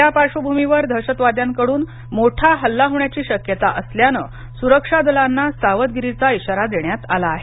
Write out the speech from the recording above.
या पार्श्वभूमीवर दहशतवाद्यांकडून मोठा हल्ला होण्याची शक्यता असल्यानं सुरक्षा दलांना सावधगिरीचा इशारा देण्यात आला आहे